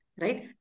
right